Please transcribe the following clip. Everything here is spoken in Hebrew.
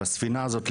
את הספינה הזאת,